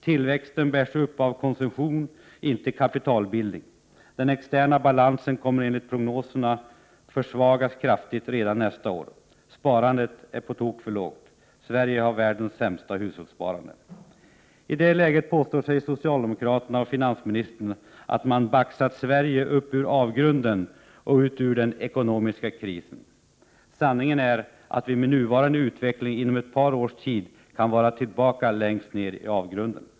Tillväxten bärs upp av konsumtion, inte kapitalbildning. Den externa balansen kommer enligt prognoserna att försvagas kraftigt redan nästa år. 4. Sparandet är på tok för lågt. Sverige har världens sämsta hushållssparande. I det läget påstår sig socialdemokraterna och finansministern ha baxat Sverige upp ur avgrunden och ut ur den ekonomiska krisen. Sanningen är att vi med nuvarande utveckling inom ett par års tid kan vara tillbaka längst ned i avgrunden.